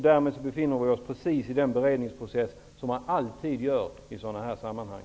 Därmed går vi igenom precis samma beredningsprocess som vi alltid gör i sådana här sammanhang.